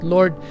Lord